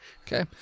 Okay